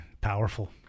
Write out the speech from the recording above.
Powerful